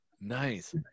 Nice